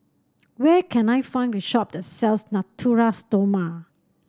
where can I find the shop that sells Natura Stoma